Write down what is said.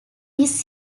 his